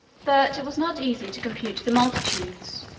but it was not easy to compute the multitudes,